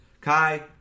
Kai